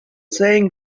saying